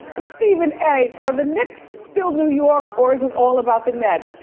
stephen a, are the knicks still new york or is it all about the mets,